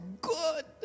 good